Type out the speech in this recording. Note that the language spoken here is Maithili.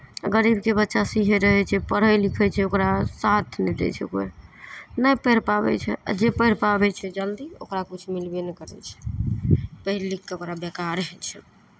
आ गरीबके बच्चा से इएह रहै छै पढ़ै लिखै छै ओकरा साथ नहि दै छै कोइ नहि पढ़ि पाबै छै आ जे पढ़ि पाबै छै जल्दी ओकरा किछु मिलबे नहि करै छै पढ़ि लिखि कऽ ओकरा बेकारे छै ओ